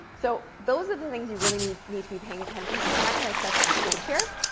so those are the things you really need need to be paying attention to. and that kind of sets the stage here,